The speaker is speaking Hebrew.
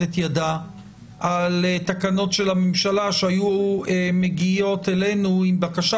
את ידה על תקנות של הממשלה שהיו מגיעות אלינו עם בקשה,